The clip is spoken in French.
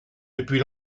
depuis